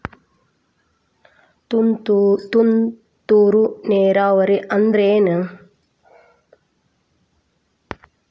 ತುಂತುರು ನೇರಾವರಿ ಅಂದ್ರ ಏನ್?